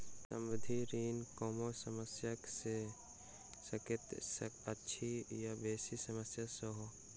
सावधि ऋण कमो समयक भ सकैत अछि आ बेसी समयक सेहो